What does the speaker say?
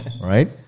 right